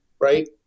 right